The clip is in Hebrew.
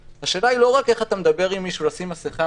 השאלה היא לא רק איך אתה מדבר עם מישהו לשים מסכה